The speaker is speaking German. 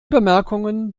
bemerkungen